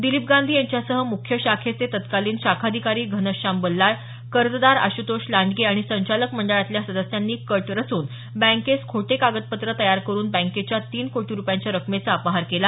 दिलीप गांधी यांच्यासह मुख्य शाखेचे तत्कालीन शाखाधिकारी घनश्याम बल्लाळ कर्जदार आशुतोष लांडगे आणि संचालक मंडळातल्या सदस्यांनी कट रचून बँकेस खोटे कागदपत्र तयार करुन बँकेच्या तीन कोटी रूपयांच्या रकमेचा अपहार केला